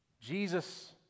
Jesus